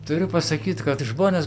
turiu pasakyt kad žmonės